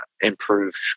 improved